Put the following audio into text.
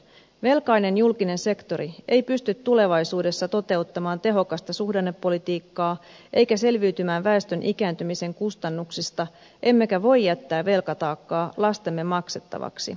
velkainen julkinen sektori ei pysty tulevaisuudessa toteuttamaan tehokasta suhdannepolitiikkaa eikä selviytymään väestön ikääntymisen kustannuksista emmekä voi jättää velkataakkaa lastemme maksettavaksi